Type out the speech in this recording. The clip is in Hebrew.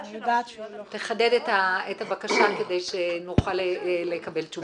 תחדד את הבקשה כדי שנוכל לקבל תשובה.